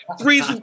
three